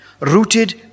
Rooted